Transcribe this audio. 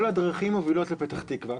כל הדרכים מובילות לפתח תקווה.